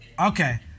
Okay